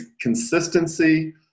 consistency